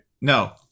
No